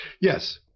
Yes